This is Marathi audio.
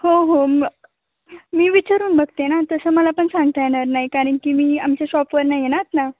हो हो म मी विचारून बघते ना तसं मला पण सांगता येणार नाही कारण की मी आमच्या शॉपवर नाही आहे ना आत्ता